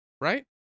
right